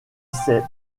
ses